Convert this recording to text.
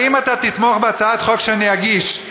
האם אתה תתמוך בהצעת חוק שאני אגיש,